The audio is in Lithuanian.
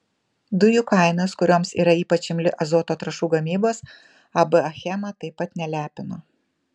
dujų kainos kurioms yra ypač imli azoto trąšų gamybos ab achema taip pat nelepino